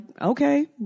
okay